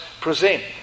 present